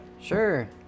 Sure